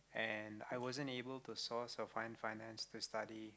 and I wasn't able to source or find finance to study